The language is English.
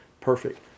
perfect